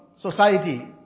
society